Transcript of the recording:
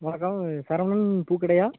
வணக்கம் சரவணன் பூக்கடையா